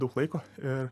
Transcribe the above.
daug laiko ir